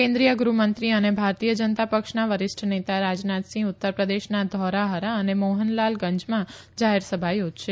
કેન્દ્રીય ગૃહમંત્રી અને ભારતીય જનતા પક્ષના વરિષ્ઠ નેતા રાજનાથસિંહ ઉત્તર પ્રદેશના ધૌરાહરા અને મોહનલાલ ગંજમાં જાહેરસભા યોજશે